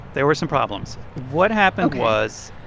there were some problems. what happened was.